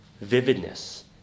vividness